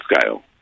scale